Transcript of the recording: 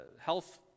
health